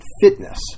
fitness